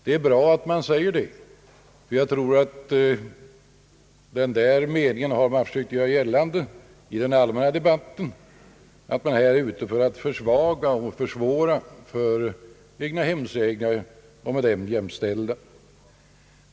Det är bra att man säger detta, ty jag tror att i den allmänna debatten har sagts att man är ute efter att försvåra för egnahemsägare och med dem jämställda.